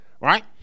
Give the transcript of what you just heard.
Right